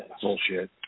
Bullshit